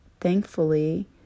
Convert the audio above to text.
thankfully